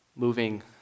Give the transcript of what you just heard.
Moving